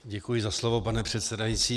Děkuji za slovo, pane předsedající.